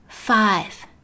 Five